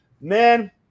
Man